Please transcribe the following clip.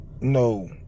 no